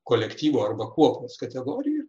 kolektyvo arba kuopos kategorija